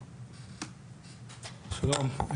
שלום.